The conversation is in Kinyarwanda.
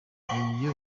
yayoboye